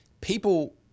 people